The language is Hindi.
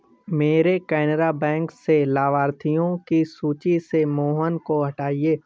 मेरे केनरा बैंक से लाभार्थियों की सूची से मोहन को हटाइए